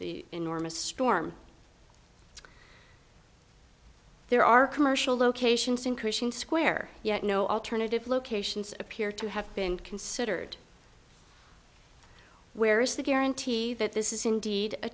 the enormous storm there are commercial locations in christian square yet no alternative locations appear to have been considered where is the guarantee that this is indeed a